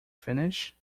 finish